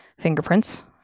fingerprints